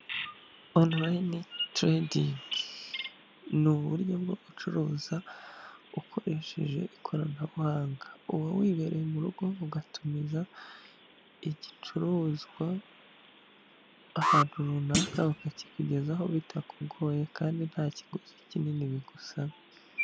Onulayini teredindi ni uburyo bwo gucuruza ukoresheje ikoranabuhanga, uba wibereye mu rugo ugatumiza igicuruzwa ahantu runaka bakakikugezaho bitakugoye kandi nta kiguzi kinini bigusaba.